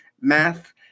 math